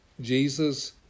Jesus